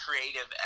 creative